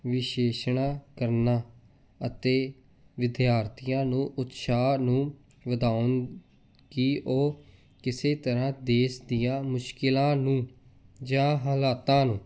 ਵਿਸ਼ੇਸ਼ਣ ਕਰਨਾ ਅਤੇ ਵਿਦਿਆਰਥੀਆਂ ਨੂੰ ਉਤਸ਼ਾਹ ਨੂੰ ਵਧਾਉਣ ਕਿ ਉਹ ਕਿਸੇ ਤਰ੍ਹਾਂ ਦੇਸ਼ ਦੀਆਂ ਮੁਸ਼ਕਿਲਾਂ ਨੂੰ ਜਾਂ ਹਾਲਾਤਾਂ ਨੂੰ